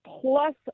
plus